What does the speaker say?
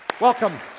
Welcome